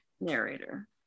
narrator